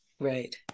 Right